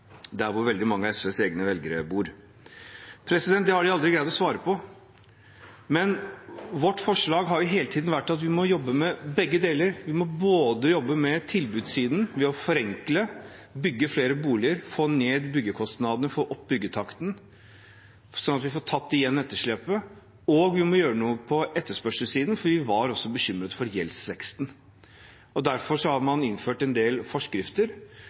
Det har de aldri greid å svare på. Vårt forslag har hele tiden vært at vi må jobbe med begge deler. Vi må jobbe med tilbudssiden ved å forenkle, bygge flere boliger, få ned byggekostnadene og få opp byggetakten, slik at vi får tatt igjen etterslepet, og vi må gjøre noe på etterspørselssiden, for vi er også bekymret for gjeldsveksten. Derfor har man innført en del forskrifter